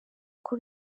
uko